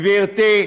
גברתי,